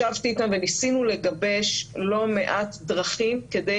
ישבנו וניסינו לגבש לא מעט דרכים כדי